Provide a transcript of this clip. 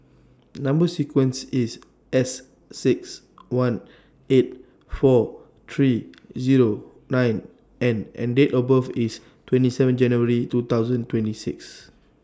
Number sequence IS S six one eight four three Zero nine N and Date of birth IS twenty seven January two thousand twenty six